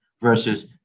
versus